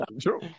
true